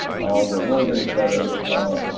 all the rotary cutters are,